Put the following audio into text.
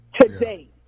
Today